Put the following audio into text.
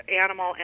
animal